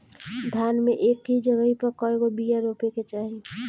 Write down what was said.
धान मे एक जगही पर कएगो बिया रोपे के चाही?